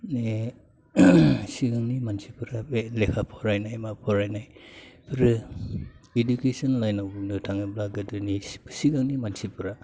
माने सिगांनि मानसिफोरा बे लेखा फरायनाय मा फरायनाय आरो इडुकेस'न लाइनआव बुंनो थाङोब्ला गोदोनि सिगांनि मानसिफोरा